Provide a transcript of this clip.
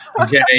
Okay